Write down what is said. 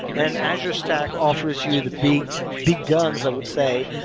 and azure stack offers you the big big guns, i would say,